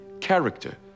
character